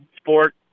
sport